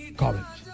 college